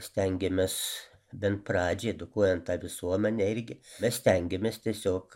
stengiamės bent pradžiai edukuojant tą visuomenę irgi mes stengiamės tiesiog